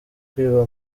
kwiba